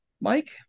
Mike